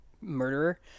murderer